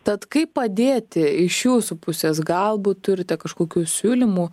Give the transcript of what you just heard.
tad kaip padėti iš jūsų pusės galbūt turite kažkokių siūlymų